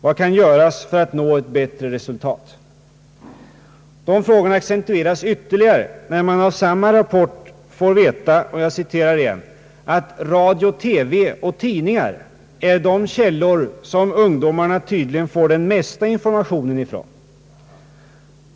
Vad kan göras för att nå ett bättre resultat? De frågorna accentueras ytterligare när man av samma rapport får veta att »radio/TV och tidningar är de källor som ungdomarna tydligen får den mesta informationen ifrån.